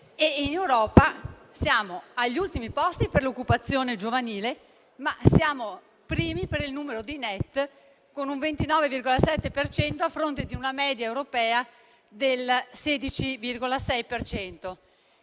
In Europa siamo agli ultimi posti per l'occupazione giovanile, ma siamo primi per il numero di Neet, con il 29,7 per cento a fronte di una media europea del 16,6